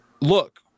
look